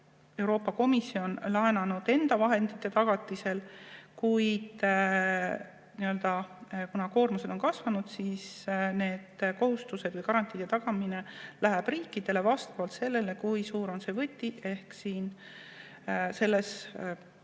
Euroopa Komisjon laenanud enda vahendite tagatisel, kuid kuna koormused on kasvanud, siis need kohustused või garantiide tagamine läheb riikidele vastavalt sellele, kui suur on see võti, ja nad